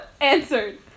Answered